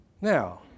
Now